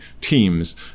teams